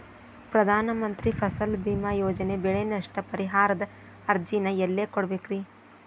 ಪ್ರಧಾನ ಮಂತ್ರಿ ಫಸಲ್ ಭೇಮಾ ಯೋಜನೆ ಬೆಳೆ ನಷ್ಟ ಪರಿಹಾರದ ಅರ್ಜಿನ ಎಲ್ಲೆ ಕೊಡ್ಬೇಕ್ರಿ?